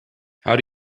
how